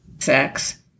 sex